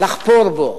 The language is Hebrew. לחפור בו.